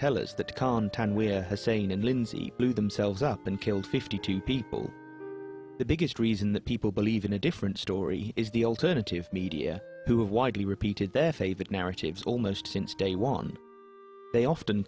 tell us that can turn with a sane and lindsay blew themselves up and killed fifty two people the biggest reason that people believe in a different story is the alternative media who have widely repeated their favorite narratives almost since day one they often